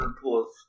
plus